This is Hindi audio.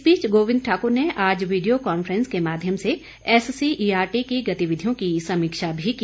इस बीच गोविंद ठाकुर ने आज वीडियो कांफ्रेंस के माध्यम से एससीईआरटी की गतिविधियों की समीक्षा भी की